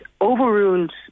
overruled